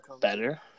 better